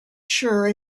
sure